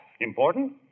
Important